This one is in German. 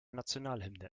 nationalhymne